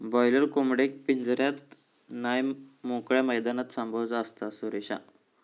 boiler कोंबडेक पिंजऱ्यात नाय मोकळ्या मैदानात सांभाळूचा असता, सुरेशा